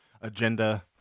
agenda